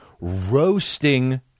roasting